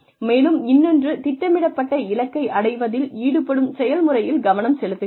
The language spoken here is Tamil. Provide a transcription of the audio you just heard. மேலும் இன்னொன்று திட்டமிடப்பட்ட இலக்கை அடைவதில் ஈடுபடும் செயல்முறையில் கவனம் செலுத்துகிறது